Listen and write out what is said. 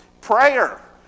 Prayer